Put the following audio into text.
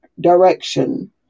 direction